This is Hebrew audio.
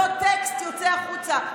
אותו טקסט יוצא החוצה,